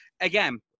Again